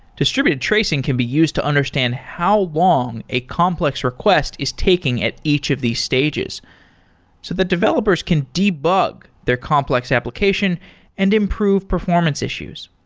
distributed tracing can be used to understand how long a complex request is taking at each of these stages so the developers can debug their complex application and improve performance issues.